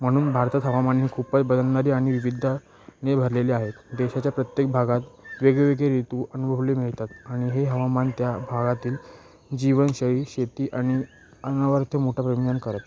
म्हणून भारतात हवामान ही खूपच बदलणारी आणि विविद्धाने भरलेले आहे देशाच्या प्रत्येक भागात वेगवेगळे ऋतू अनुभवले मिळतात आणि हे हवामान त्या भागातील जीवनशैली शेती आणि अन्नावरती मोठ्या परिणाम करत